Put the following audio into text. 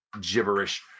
gibberish